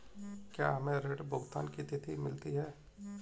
क्या हमें ऋण भुगतान की तिथि मिलती है?